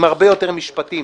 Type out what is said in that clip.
עם הרבה יותר משפטים